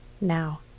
now